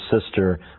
sister